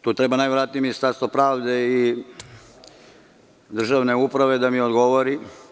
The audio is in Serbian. Tu najverovatnije treba Ministarstvo pravde i državne uprave da mi odgovori.